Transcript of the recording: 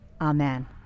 amen